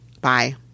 Bye